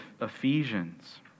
Ephesians